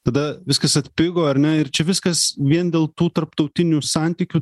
tada viskas atpigo ar ne ir čia viskas vien dėl tų tarptautinių santykių